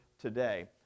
today